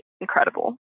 incredible